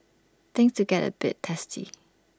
things to get A bit testy